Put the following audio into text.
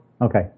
Okay